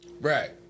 Right